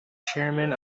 chairman